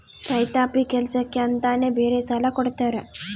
ರೈತಾಪಿ ಕೆಲ್ಸಕ್ಕೆ ಅಂತಾನೆ ಬೇರೆ ಸಾಲ ಕೊಡ್ತಾರ